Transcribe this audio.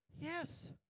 Yes